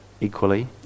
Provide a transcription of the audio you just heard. equally